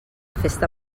festa